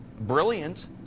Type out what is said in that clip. brilliant